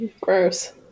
gross